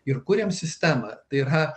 ir kūrėme sistemą tai yra